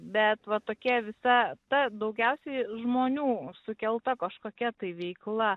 bet va tokie visa ta daugiausiai žmonių sukelta kažkokia tai veikla